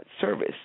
service